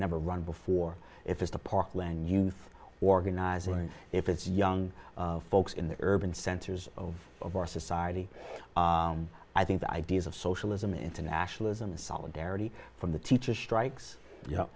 never run before if it's the parkland youth organizing if it's young folks in the urban centers of of our society i think the ideas of socialism internationalism the solidarity from the teachers strikes you know